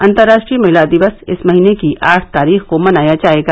अंतर्राष्ट्रीय महिला दिवस इस महीने की आठ तारीख को मनाया जाएगा